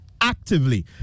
actively